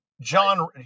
John